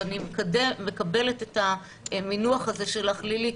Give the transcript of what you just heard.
ואני מקבלת את המינוח הזה של לילי.